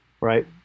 right